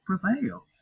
prevail